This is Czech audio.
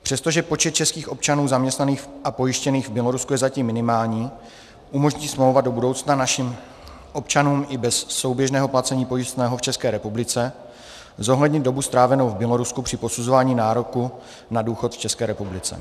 Přestože počet českých občanů zaměstnaných a pojištěných v Bělorusku je zatím minimální, umožní smlouva do budoucna našim občanům i bez souběžného placení pojistného v České republice zohlednit dobu strávenou v Bělorusku při posuzování nároku na důchod v České republice.